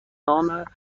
نام